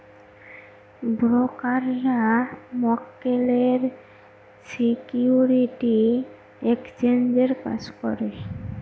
ব্রোকাররা মক্কেলের সিকিউরিটি এক্সচেঞ্জের কাজ করে